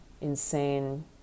insane